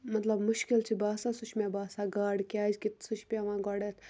مَطلب مُشکِل چھُ باسان سُہ چھُ مےٚ باسان گاڈٕ کیازکہِ سُہ چھُ پیٚوان گۄڈنٮ۪تھ